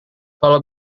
kalau